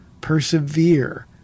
Persevere